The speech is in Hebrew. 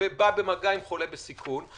ובא במגע עם חולה בסיכון.